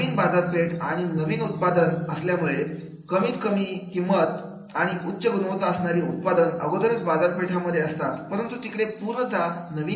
नवीन बाजारपेठ आणि नवीन उत्पाद असल्यामुळे कमी किंमत मत आणि उच्च गुणवत्ता असणारे उत्पाद अगोदरच बाजारपेठांमध्ये असतात परंतु तिकडे पूर्णतः नवीन परिस्थिती असते